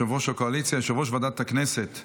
עכשיו הודעה ליושב-ראש ועדת הכנסת,